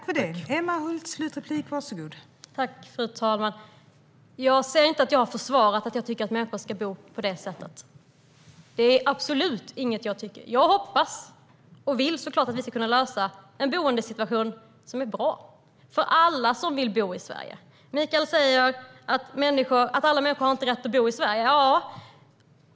Fru talman! Jag försvarar inte att människor ska bo på det sättet. Det är absolut inget jag tycker. Jag hoppas och vill såklart att vi ska kunna lösa det med en boendesituation som är bra för alla som vill bo i Sverige. Mikael säger att alla människor inte har rätt att bo i Sverige.